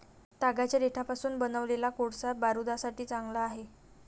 तागाच्या देठापासून बनवलेला कोळसा बारूदासाठी चांगला आहे